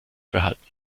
behalten